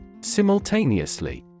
Simultaneously